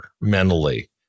mentally